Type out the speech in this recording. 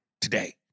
today